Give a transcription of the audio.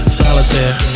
solitaire